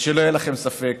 אז שלא יהיה לכם ספק,